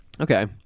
Okay